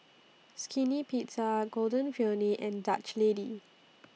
Skinny Pizza Golden Peony and Dutch Lady